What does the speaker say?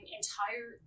entire